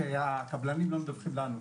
שהקבלנים לא מדווחים לנו.